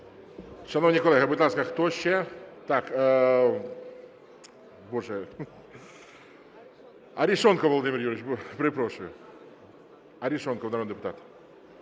Шановні колеги, будь ласка, хто ще? Так… Арешонков Володимир Юрійович. Перепрошую. Арешонков народний депутат.